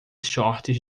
shorts